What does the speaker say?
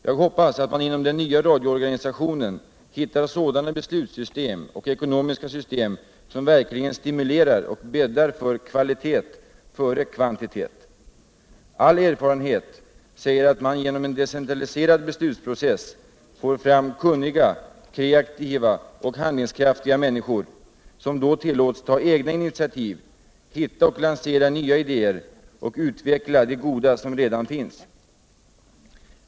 Jag hoppas att man inom den nya radioorganisationen hittar sådana beslutssystem och ckonomiska system som verkligen stimulerar och bäddar för kvalitet före kvantitet. All erfarenhet säger att man genom en decentraliserad beslutsprocess får fram kunniga, kreativa och handlingskraftiga människor som tillåts ta egna initiativ. hitta och lansera nya idéer och utveckla de goda som redan finns.